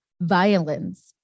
violence